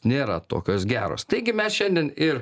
nėra tokios geros taigi mes šiandien ir